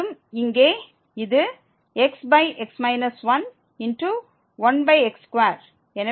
மீண்டும் இங்கே இது xx 11x2